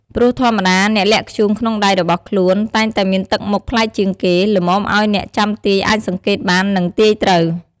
ព្រោះធម្មតាអ្នកលាក់ធ្យូងក្នុងដៃរបស់ខ្លួន តែងតែមានទឹកមុខប្លែកជាងគេ ល្មមឲ្យអ្នក ចាំទាយអាចសង្កេតបាន និងទាយត្រូវ។